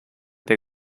they